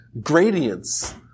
gradients